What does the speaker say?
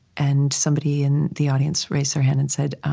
and somebody in the audience raised their hand and said,